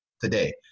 today